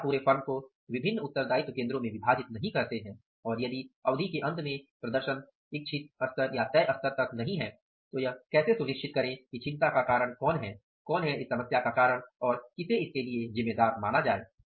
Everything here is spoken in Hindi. यदि आप पूरी फर्म को विभिन्न उत्तरदायित्व केंद्रों में विभाजित नहीं करते हैं और यदि अवधि के अंत में प्रदर्शन तय स्तर तक नहीं है तो यह कैसे सुनिश्चित करें कि चिंता का कारण कौन है कौन है समस्या का कारण और किसे जिम्मेदार माना जाये